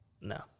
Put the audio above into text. No